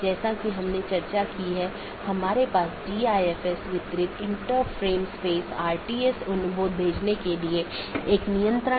जैसा कि हमने पाथ वेक्टर प्रोटोकॉल में चर्चा की है कि चार पथ विशेषता श्रेणियां हैं